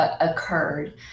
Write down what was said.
Occurred